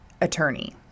Attorney